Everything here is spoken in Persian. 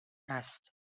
است